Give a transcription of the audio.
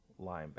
Linebacker